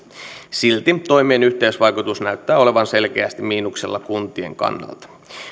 silti toimien yhteisvaikutus näyttää olevan selkeästi miinuksella kuntien kannalta